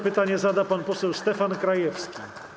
Pytanie zada pan poseł Stefan Krajewski.